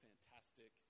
fantastic